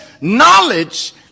knowledge